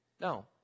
no